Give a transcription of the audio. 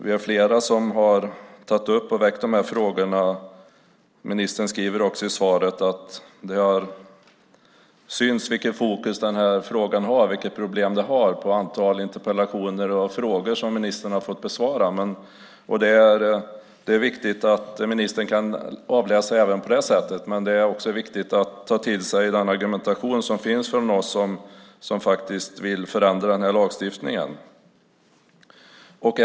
Vi är flera som har tagit upp och ställt de här frågorna. Ministern skriver också i svaret att det syns vilket problem detta utgör genom antalet interpellationer och frågor som ministern har fått besvara. Det är viktigt att ministern kan avläsa det även på det sättet, men det är också viktigt att ta till sig den argumentation som vi som vill förändra den här lagstiftningen för fram.